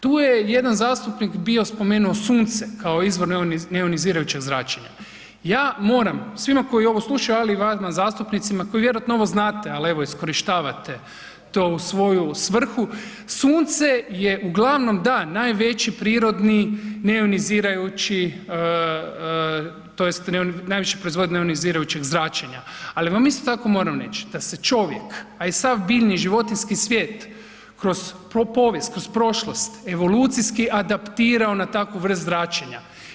Tu je jedan zastupnik bio spomenuo sunce kao izvor neionizirajućeg zračenja, ja moram svima koji ovo slušaju, ali i vama zastupnicima koji vjerojatno ovo znate, ali evo iskorištavate to u svoju svrhu, sunce je uglavnom da najveći prirodni neionizirajući tj. najviše proizvodi neionizirajućeg zračenja, ali vam isto tako moram reći da se čovjek, a i sav biljni i životinjski svijet kroz povijest, kroz prošlost evolucijski adaptirao na takvu vrst zračenja.